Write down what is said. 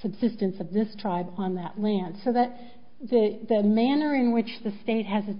subsistence of this tribe on that land so that the the manner in which the state has